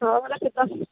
ਹਾਂ ਅਮਨ ਕਿੱਦਾਂ